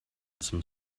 some